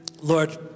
Lord